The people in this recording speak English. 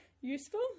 useful